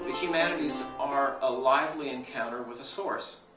humanities are a lively encounter with a source,